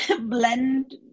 blend